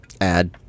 add